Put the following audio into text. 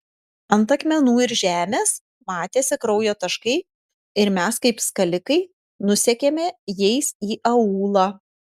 ant akmenų ir žemės matėsi kraujo taškai ir mes kaip skalikai nusekėme jais į aūlą